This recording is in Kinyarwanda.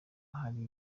hari